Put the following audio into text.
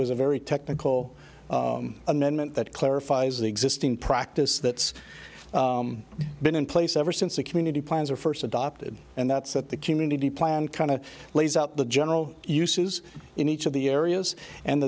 was a very technical amendment that clarifies the existing practice that's been in place ever since a community plans are first adopted and that's that the committee plan kind of lays out the general uses in each of the areas and